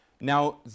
Now